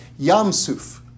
Yamsuf